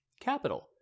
capital